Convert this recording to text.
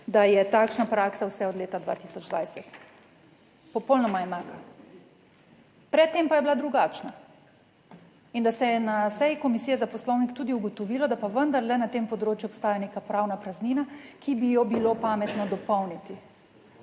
da je takšna praksa vse od leta 2020, popolnoma enaka, pred tem pa je bila drugačna. In, da se je na seji Komisije za poslovnik tudi ugotovilo, da pa vendarle na tem področju obstaja neka pravna praznina, ki bi jo bilo pametno dopolniti.